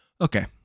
Okay